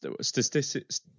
statistics